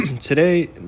today